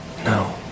No